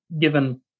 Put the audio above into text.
given